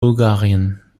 bulgarien